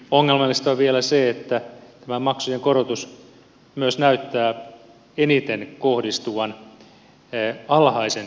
ongelmallista on vielä se että tämä maksujen korotus näyttää eniten kohdistuvan alhaisen työtulon tiloihin